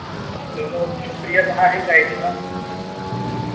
चलो शुक्रिया तुसैें असें ई गाइड कीता